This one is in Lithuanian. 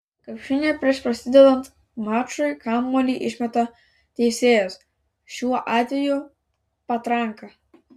krepšinyje prieš prasidedant mačui kamuolį išmeta teisėjas šiuo atveju patranka